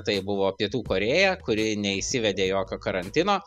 tai buvo pietų korėja kuri neįsivedė jokio karantino